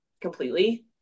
completely